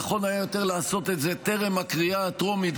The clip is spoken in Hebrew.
נכון היה יותר לעשות את זה טרם הקריאה הטרומית,